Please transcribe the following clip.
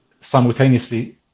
simultaneously